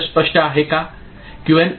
हे स्पष्ट आहे का